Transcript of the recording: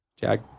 Jack